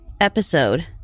episode